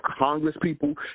congresspeople